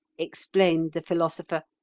explained the philosopher,